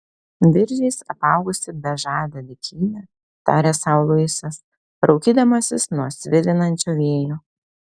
viržiais apaugusi bežadė dykynė tarė sau luisas raukydamasis nuo svilinančio vėjo